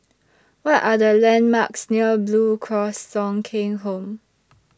What Are The landmarks near Blue Cross Thong Kheng Home